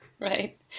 right